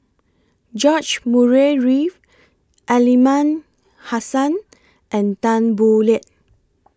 George Murray Reith Aliman Hassan and Tan Boo Liat